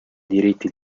diritti